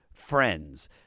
Friends